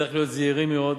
נצטרך להיות זהירים מאוד,